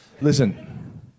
Listen